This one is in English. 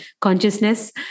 consciousness